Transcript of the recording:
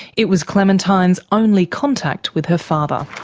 it was clementine's only contact with her father.